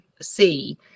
see